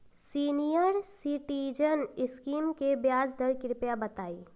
senior citizen scheme के ब्याज दर कृपया बताईं